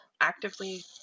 actively